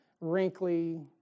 wrinkly